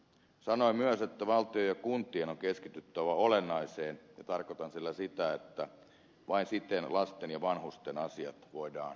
sanoin myös että valtion ja kuntien on keskityttävä olennaiseen ja tarkoitan sillä sitä että vain siten lasten ja vanhusten asiat voidaan asiallisesti hoitaa